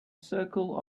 circle